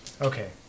Okay